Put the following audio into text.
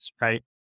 right